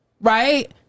right